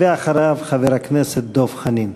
ואחריו חבר הכנסת דב חנין.